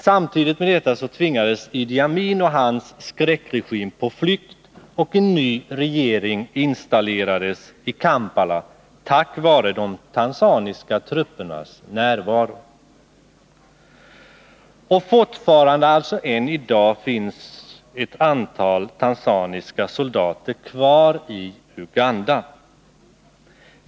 Samtidigt tvingades Idi Amin och hans skräckregering på flykt och en ny regering installerades i Kampala tack vare tanzaniska truppers närvaro. Fortfarande — alltså än i dag — finns ett antal tanzaniska soldater kvar i Uganda.